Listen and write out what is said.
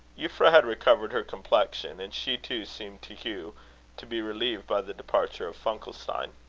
euphra had recovered her complexion, and she too seemed to hugh to be relieved by the departure of funkelstein.